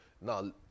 Now